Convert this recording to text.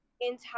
Entire